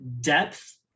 depth